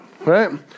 Right